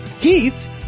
Keith